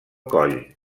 coll